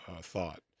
thought